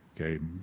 Okay